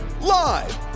Live